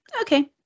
okay